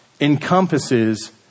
encompasses